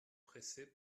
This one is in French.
pressée